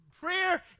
Prayer